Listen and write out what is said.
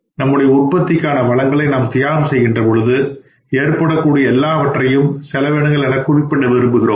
நம்முடைய உற்பத்திக்கான வளங்களை நாம் தியாகம் செய்கின்றபோது ஏற்படக்கூடியவை எல்லாவற்றையும் செலவினங்கள் என குறிப்பிட விரும்புகிறோம்